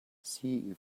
see